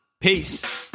Peace